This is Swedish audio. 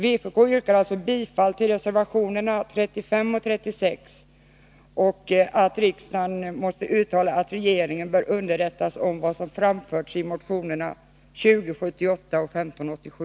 Vpk yrkar alltså bifall till reservationerna 35 och 36 samt att riksdagen uttalar att regeringen bör underrättas om vad som anförts i motionerna 2078 och 1587.